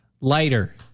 lighter